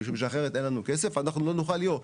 משום שאחרת אין לנו כסף ואנחנו לא נוכל להיות.